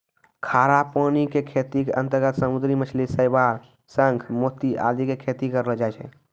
खारा पानी के खेती के अंतर्गत समुद्री मछली, शैवाल, शंख, मोती आदि के खेती करलो जाय छै